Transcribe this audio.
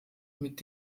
mit